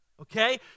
okay